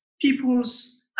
people's